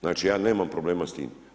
Znači ja nemam problema s tim.